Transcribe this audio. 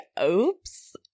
oops